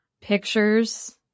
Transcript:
pictures